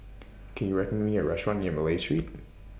Can YOU recommend Me A Restaurant near Malay Street